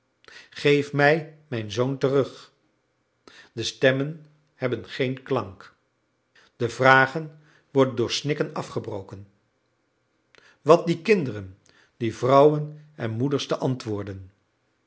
geef mij mijn zoon terug de stemmen hebben geen klank de vragen worden door snikken afgebroken wat dien kinderen die vrouwen en moeders te antwoorden